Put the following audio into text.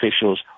officials